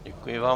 Děkuji vám.